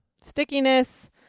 Stickiness